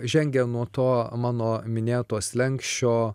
žengę nuo to mano minėto slenksčio